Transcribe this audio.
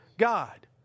God